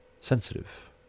sensitive